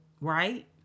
right